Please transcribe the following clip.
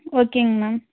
ஓகேங்க மேம்